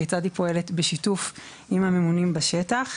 כיצד היא פועלת בשיתוף עם הממונים בשטח.